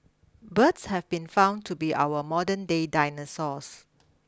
birds have been found to be our modernday dinosaurs